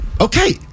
okay